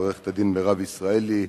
עורכת-הדין מירב ישראלי,